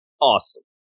Awesome